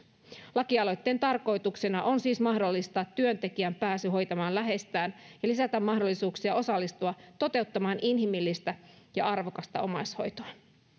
lakialoitteen tarkoituksena on siis mahdollistaa työntekijän pääsy hoitamaan läheistään ja lisätä mahdollisuuksia osallistua toteuttamaan inhimillistä ja arvokasta omaishoitoa